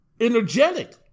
energetic